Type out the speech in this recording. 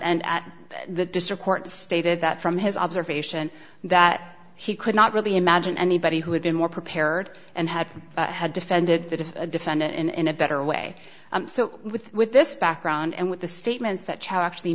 at the district court stated that from his observation that he could not really imagine anybody who had been more prepared and had had defended that if a defendant in a better way so with with this background and with the statements that cho actually